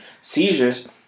seizures